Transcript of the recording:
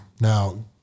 now